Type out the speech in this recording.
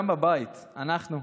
גם בבית אנחנו,